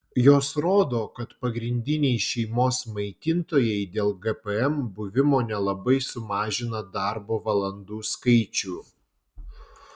jos rodo kad pagrindiniai šeimos maitintojai dėl gpm buvimo nelabai sumažina darbo valandų skaičių